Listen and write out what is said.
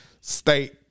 state